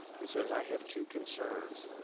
who says, i have two concerns.